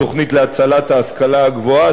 התוכנית להצלת ההשכלה הגבוהה,